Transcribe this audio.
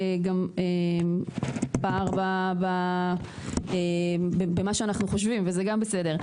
גם פער במה שאנחנו חושבים וזה גם בסדר,